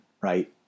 right